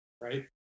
Right